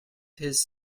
his